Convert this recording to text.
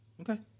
Okay